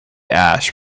ash